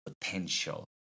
potential